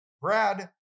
Brad